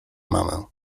mamę